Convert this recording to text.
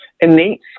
innate